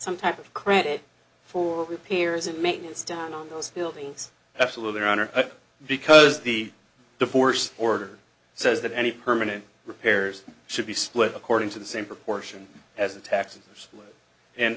some type of credit for repairs and maintenance done on those buildings absolutely around her because the divorce order says that any permanent repairs should be split according to the same proportion as the taxes and